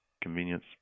convenience